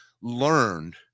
learned